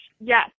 Yes